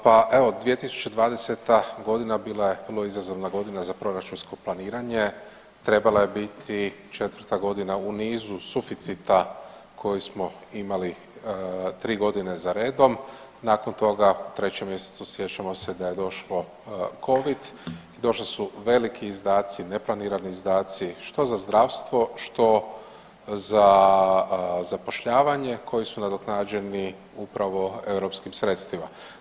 Pa evo 2020.g. bila je vrlo izazovna godina za proračunsko planiranje, trebala je biti četvrta godina u nizu suficita koji smo imali tri godine za redom, nakon toga u 3. mjesecu sjećamo se da je došlo covid i došli su veliki izdaci, neplanirani izdaci što za zdravstvo, što za zapošljavanje koji su nadoknađeni upravo europskim sredstvima.